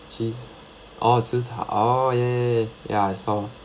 cheese orh 吃茶 orh ya ya ya I saw